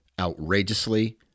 outrageously